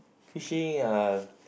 fishing uh